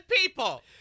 people